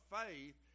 faith